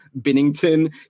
Binnington